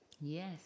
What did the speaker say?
Yes